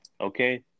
Okay